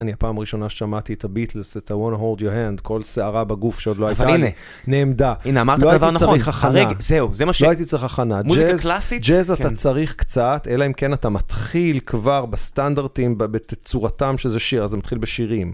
אני הפעם הראשונה שמעתי את הביטלס, את ה-Wanna hold your hand, כל שערה בגוף שעוד לא הייתה נעמדה. הנה, אמרת את הדבר הנכון, רגע, זהו, זה מה ש... לא הייתי צריך הכנה. מוזיקה קלאסית? ג'אז אתה צריך קצת, אלא אם כן אתה מתחיל כבר בסטנדרטים, בתצורתם שזה שיר, אז זה מתחיל בשירים.